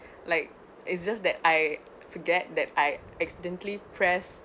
like it's just that I forget that I accidentally press